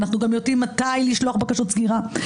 אנחנו גם יודעים מתי לשלוח בקשות סגירה,